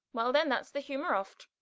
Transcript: well, then that the humor of't.